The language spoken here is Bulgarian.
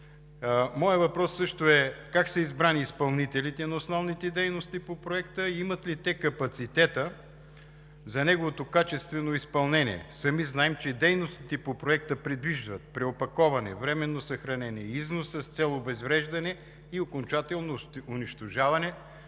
моят въпрос е: как са избрани изпълнителите на основните дейности по Проекта и имат ли те капацитета за неговото качествено реализиране? Сами знаем, че дейностите по Проекта предвиждат преопаковане, временно съхранение, износ с цел обезвреждане и окончателно унищожаване